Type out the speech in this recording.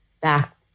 back